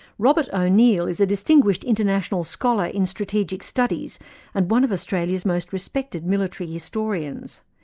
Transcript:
robert o'neill is a distinguished international scholar in strategic studies and one of australia's most respected military historians.